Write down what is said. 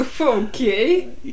Okay